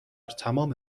تمام